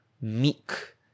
meek